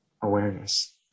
awareness